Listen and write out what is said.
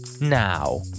now